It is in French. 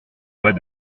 bois